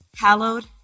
hallowed